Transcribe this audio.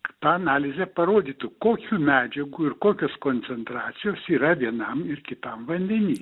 ta analizė parodytų kokių medžiagų ir kokios koncentracijos yra vienam ir kitam vandeny